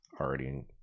already